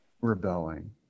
rebelling